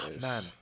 Man